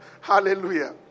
Hallelujah